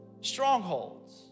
strongholds